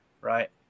Right